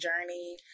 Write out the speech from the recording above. journey